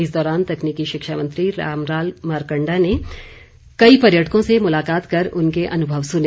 इस दौरान तकनीकी शिक्षा मंत्री रामलाल मारकंडा ने कई पर्यटकों से मुलाकात कर उनके अनुभव सुने